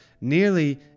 Nearly